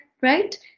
right